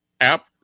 app